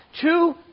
Two